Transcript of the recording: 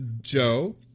Joe